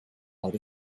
out